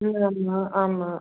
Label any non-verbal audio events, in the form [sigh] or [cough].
[unintelligible] ஆமாம்